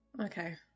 Okay